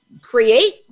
create